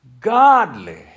Godly